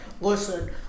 listen